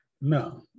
No